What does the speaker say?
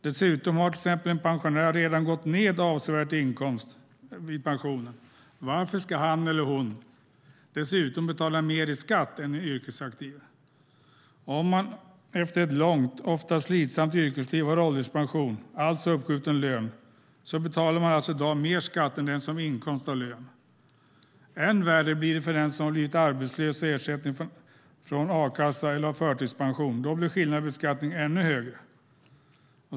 Dessutom har till exempel en pensionär redan gått ned avsevärt i inkomst vid pensionen. Varför ska han eller hon dessutom betala mer i skatt än den yrkesaktive? Om man efter ett långt, ofta slitsamt, yrkesliv har ålderspension, alltså uppskjuten lön, betalar man mer skatt än den som har inkomst av lön. Än värre blir det för den som har blivit arbetslös och har ersättning från a-kassa eller har förtidspension. Då blir skillnaden i beskattning ännu högre.